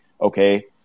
Okay